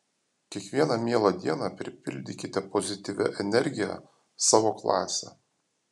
kiekvieną mielą dieną pripildykite pozityvia energija savo klasę